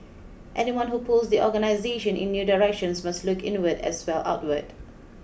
anyone who pulls the organisation in new directions must look inward as well outward